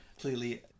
Clearly